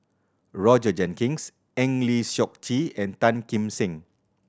Roger Jenkins Eng Lee Seok Chee and Tan Kim Seng